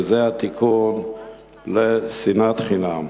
שזה התיקון לשנאת חינם.